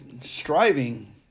striving